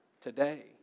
today